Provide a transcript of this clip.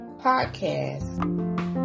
podcast